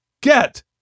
get